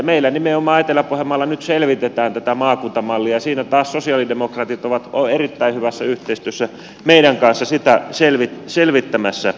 meillä nimenomaan etelä pohjanmaalla nyt selvitetään tätä maakuntamallia ja siinä taas sosialidemokraatit ovat erittäin hyvässä yhteistyössä meidän kanssamme sitä selvittämässä